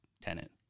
tenant